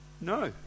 No